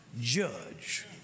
judge